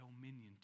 dominion